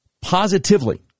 positively